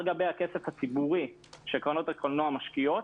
גבי הכסף הציבורי שקרנות הקולנוע משקיעות,